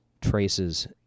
traces